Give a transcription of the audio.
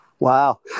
Wow